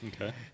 Okay